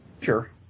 Sure